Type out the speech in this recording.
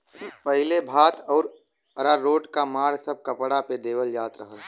पहिले भात आउर अरारोट क माड़ सब कपड़ा पे देवल जात रहल